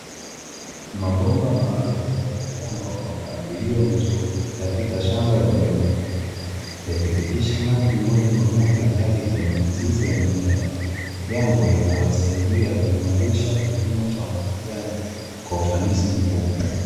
Mabomba maalumu yaliyopangwa kwa mpangilio mzuri katika shamba lenye rutuba, yakipitisha maji moja kwa moja hadi kwenye mizizi ya mimea. Jambo linalosaidia kuimarisha kilimo cha umwagilliaji kwa ufanisi mkubwa.